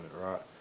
right